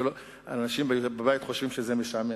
אנשים בבית חושבים שזה משעמם,